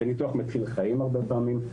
זה ניתוח מציל חיים הרבה פעמים.